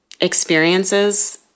experiences